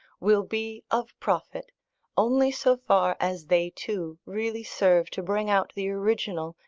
will be of profit only so far as they too really serve to bring out the original,